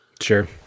Sure